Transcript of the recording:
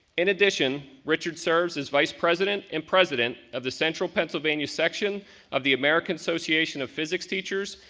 in addition, richard serves as vice president and president of the central pennsylvania section of the american association of physics teachers,